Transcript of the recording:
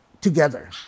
together